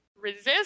resist